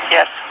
Yes